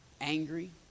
angry